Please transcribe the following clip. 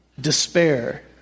despair